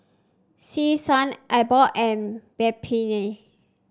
Selsun Abbott and Peptamen